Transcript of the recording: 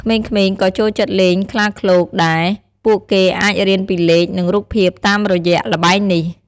ក្មេងៗក៏ចូលចិត្តលេងខ្លាឃ្លោកដែរពួកគេអាចរៀនពីលេខ និងរូបភាពតាមរយៈល្បែងនេះ។